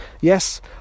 yes